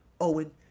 Owen